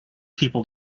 people